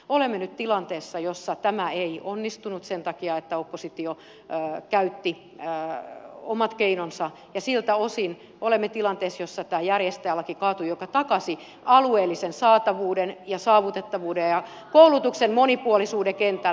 olemme nyt tilanteessa jossa tämä ei onnistunut sen takia että oppositio käytti omat keinonsa ja siltä osin olemme tilanteessa jossa kaatui järjestäjälaki joka takasi alueellisen saatavuuden ja saavutettavuuden ja koulutuksen monipuolisuuden kentällä